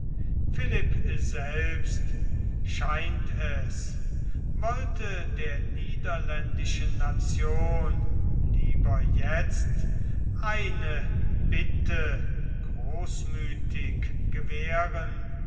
philipp selbst scheint es wollte der niederländischen nation lieber jetzt eine bitte großmüthig gewähren